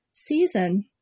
season